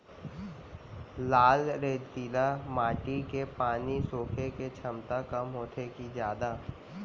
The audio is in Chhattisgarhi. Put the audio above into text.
लाल रेतीली माटी के पानी सोखे के क्षमता कम होथे की जादा?